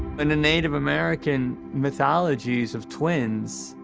in the native american mythologies of twins,